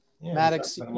maddox